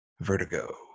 Vertigo